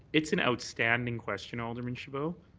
it's an outstanding question. alderman chabot?